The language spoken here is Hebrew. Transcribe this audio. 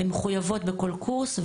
הן מחויבות בכל קורס,